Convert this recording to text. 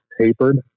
tapered